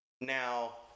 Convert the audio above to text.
Now